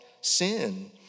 sin